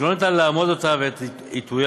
שאין אפשרות לאמוד אותה ואת עיתויה.